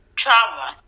trauma